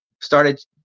started